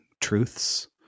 truths